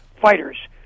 fighters